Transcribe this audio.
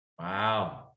Wow